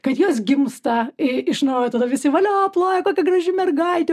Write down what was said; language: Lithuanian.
kad jos gimsta iš naujo tada visi valio ploja kokia graži mergaitė